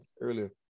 earlier